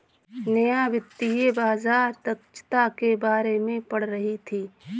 नेहा वित्तीय बाजार दक्षता के बारे में पढ़ रही थी